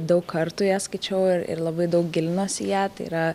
daug kartų ją skaičiau ir ir labai daug gilinuosi į ją tai yra